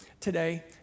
today